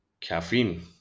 caffeine